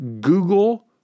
Google